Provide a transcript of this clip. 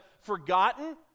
forgotten